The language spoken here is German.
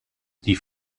die